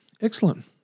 excellent